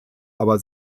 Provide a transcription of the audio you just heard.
aber